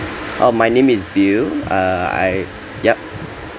oh my name is bill uh I yup